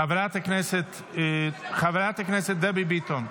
חברת הכנסת דבי ביטון,